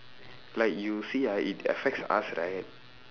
like you see ah it affects us right